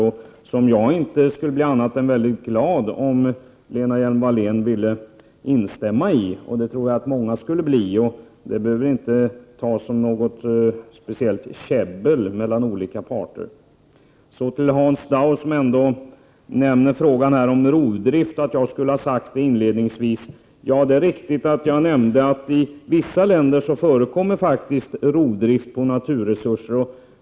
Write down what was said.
Jag skulle naturligtvis bli glad om Lena Hjelm-Wallén ville instämma i den uppfattningen. Jag tror också att många andra skulle bli glada över det, utan att det behöver uppfattas som något käbbel mellan olika parter. Hans Dau pekar på att jag inledningsvis nämnde ordet rovdrift. Det är riktigt att jag nämnde att det faktiskt i vissa länder förekommer rovdrift på naturresurser.